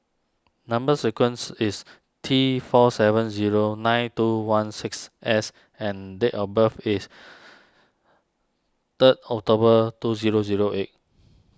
Number Sequence is T four seven zero nine two one six S and date of birth is third October two zero zero eight